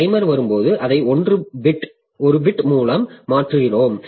timer வரும்போது அதை 1 bit மூலம் மாற்றுகிறோம்